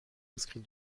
inscrit